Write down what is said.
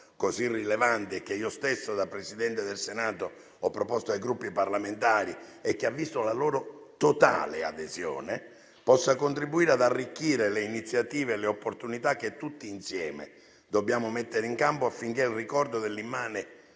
così rilevante, che io stesso, da Presidente del Senato, ho proposto ai Gruppi parlamentari registrando una totale adesione, possa contribuire ad arricchire le iniziative e le opportunità che tutti insieme dobbiamo mettere in campo affinché il ricordo dell'immane